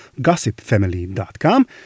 GossipFamily.com